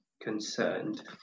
concerned